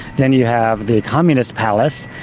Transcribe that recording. then you have the communist palace,